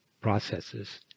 processes